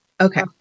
Okay